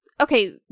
okay